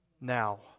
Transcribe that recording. now